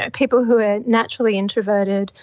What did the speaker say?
ah people who are naturally introverted,